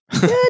Good